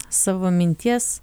savo minties